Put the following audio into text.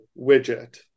widget